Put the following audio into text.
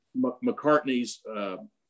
McCartney's